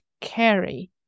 carry